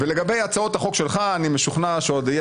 לגבי הצעות החוק שלך אני משוכנע שיהיה